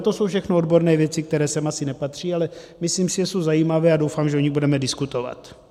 A to jsou všechno odborné věci, které sem asi nepatří, ale myslím si, že jsou zajímavé, a doufám, že o nich budeme diskutovat.